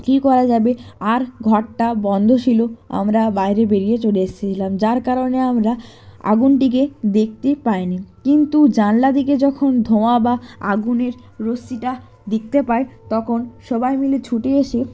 কি করা যাবে আর ঘরটা বন্ধ ছিল আমরা বাইরে বেরিয়ে চলে এসছিলাম যার কারণে আমরা আগুনটিকে দেখতে পাই নি কিন্তু জানলা থেকে যখন ধোঁয়া বা আগুনের রশ্মিটা দেখতে পাই তখন সবাই মিলে ছুটে এসে